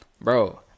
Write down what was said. Bro